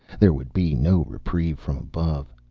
there would be no reprieve from above.